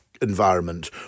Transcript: Environment